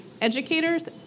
educators